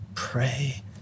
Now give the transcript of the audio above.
Pray